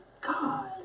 God